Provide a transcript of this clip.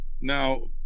now